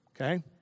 Okay